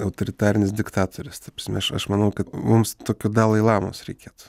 autoritarinis diktatorius ta prasme aš aš manau kad mums tokio dalai lamos reikėtų